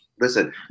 listen